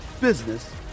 business